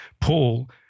Paul